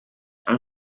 are